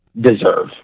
deserve